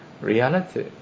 reality